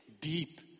deep